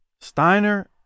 Steiner